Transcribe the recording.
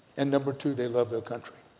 and number two they loved their country.